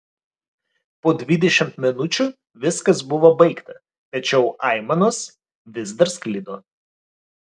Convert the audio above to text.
po dvidešimt minučių viskas buvo baigta tačiau aimanos vis dar sklido